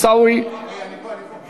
חבר הכנסת עיסאווי, אני פה, אני פה.